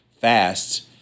fast